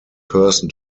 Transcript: person